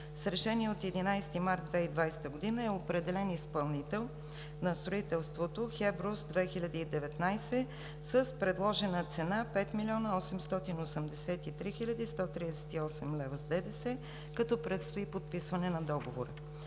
С Решение от 11 март 2020 г. е определен изпълнител на строителството – „Хеброс 2019“, с предложена цена 5 млн. 883 хил. 138 лв. с ДДС, като предстои подписване на договора.